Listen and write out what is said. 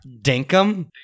Dinkum